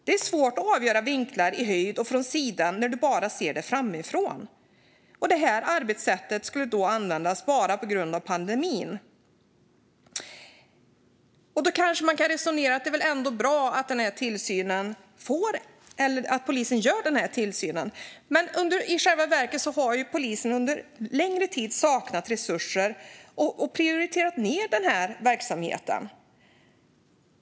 Det är svårt att avgöra vinklar i höjd och från sidan när man bara ser det framifrån. Detta arbetssätt skulle då användas bara på grund av pandemin. Man kan kanske argumentera för att det ändå är bra att polisen gör denna tillsyn. Men i själva verket har polisen under längre tid saknat resurser och prioriterat ned denna verksamhet.